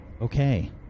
Okay